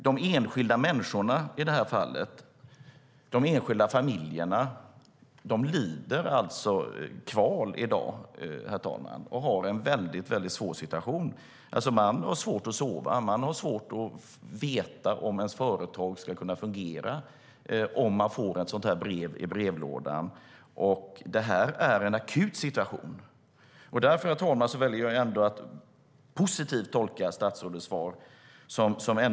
De enskilda människorna och de enskilda familjerna i det här fallet lider kval i dag och har en väldigt svår situation. De har svårt att sova och svårt att veta om deras företag ska kunna fungera ifall de får ett sådant brev i brevlådan. Det här är en akut situation. Jag väljer att tolka statsrådets svar positivt.